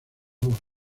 lobo